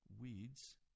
Weeds